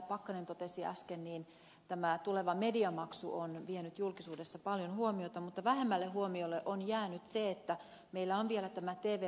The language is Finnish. pakkanen totesi äsken tämä tuleva mediamaksu on vienyt julkisuudessa paljon huomiota mutta vähemmälle huomiolle on jäänyt se että meillä on vielä tämä tv lupamaksujärjestelmä